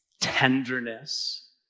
tenderness